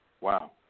Wow